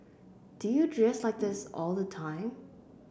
do you dress like this all the time